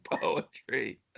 poetry